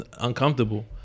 uncomfortable